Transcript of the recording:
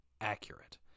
accurate